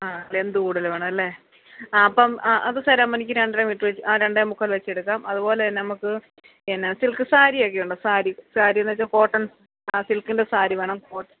ആ രണ്ട് കൂടുതല് വേണമല്ലേ ആ അപ്പോള് ആ അത് തരാമോ എനിക്ക് രണ്ടര മീറ്റർ വെച്ചി ആ രണ്ടേ മുക്കാൽ വച്ചെടുക്കാം അതുപോലെതന്നെ നമുക്ക് പിന്നെ സിൽക്ക് സാരിയൊക്കെയുണ്ടോ സാരി സാരിയെന്നുവച്ചാൽ കോട്ടൻ ആ സിൽക്കിൻ്റെ സാരി വേണം കോട്ടൻ